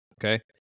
Okay